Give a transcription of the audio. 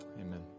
Amen